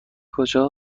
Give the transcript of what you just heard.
کجا